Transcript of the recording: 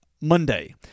Monday